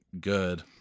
good